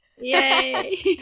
Yay